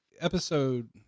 Episode